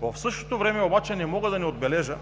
В същото време обаче не мога да не отбележа,